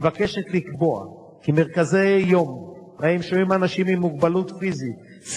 היא מבקשת לקבוע כי מרכזי יום שבהם שוהים אנשים עם מוגבלות פיזית,